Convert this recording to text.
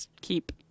keep